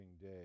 Day